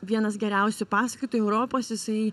vienas geriausių pasakotojų europos jisai